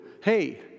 hey